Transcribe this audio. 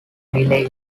delay